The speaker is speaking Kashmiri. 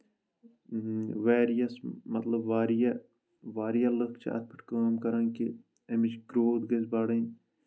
ویریس مطلب واریاہ واریاہ لُکھ چھِ اَتھ پؠٹھ کٲم کَران کہِ اَمِچ گروتھ گژھِ بڑٕنۍ